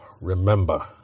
remember